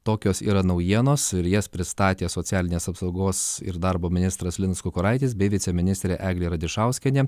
tokios yra naujienos ir jas pristatė socialinės apsaugos ir darbo ministras linas kukuraitis bei viceministrė eglė radišauskienė